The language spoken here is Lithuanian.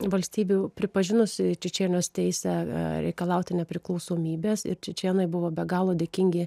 valstybių pripažinusi čečėnijos teisę reikalauti nepriklausomybės ir čečėnai buvo be galo dėkingi